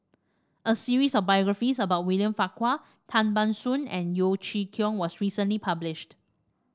a series of biographies about William Farquhar Tan Ban Soon and Yeo Chee Kiong was recently published